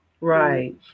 Right